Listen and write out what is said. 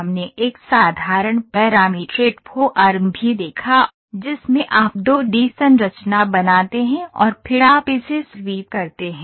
हमने एक साधारण पैरामीट्रिक फॉर्म भी देखा जिसमें आप 2 डी संरचना बनाते हैं और फिर आप इसे स्वीप करते हैं